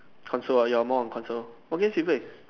console ah you are more on console what games you play